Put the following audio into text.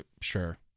sure